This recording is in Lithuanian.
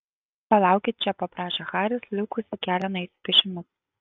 palaukit čia paprašė haris likusį kelią nueisiu pėsčiomis